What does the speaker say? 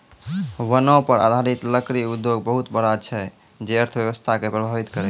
वनो पर आधारित लकड़ी उद्योग बहुत बड़ा छै जे अर्थव्यवस्था के प्रभावित करै छै